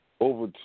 over